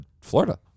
Florida